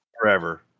forever